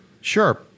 Sure